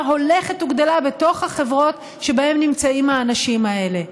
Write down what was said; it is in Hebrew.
הולכת וגדלה בתוך החברות שבהן נמצאים האנשים האלה.